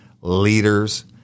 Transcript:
leaders